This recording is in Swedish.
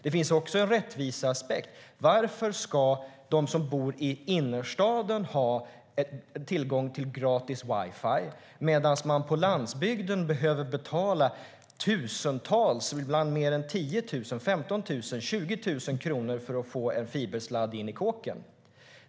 Det finns också en rättviseaspekt. Varför ska de som bor i innerstaden ha tillgång till gratis wifi medan man på landsbygden behöver betala tusentals och ibland 10 000-20 000 kronor för att få en fibersladd in i kåken?